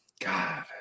God